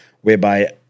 whereby